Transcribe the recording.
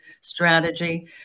strategy